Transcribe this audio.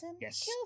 yes